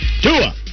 Tua